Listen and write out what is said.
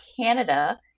Canada